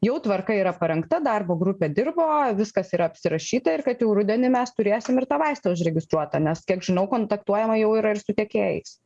jau tvarka yra parengta darbo grupė dirbo viskas yra apsirašyta ir kad jau rudenį mes turėsim ir tą vaistą užregistruotą nes kiek žinau kontaktuojama jau yra ir su tiekėjais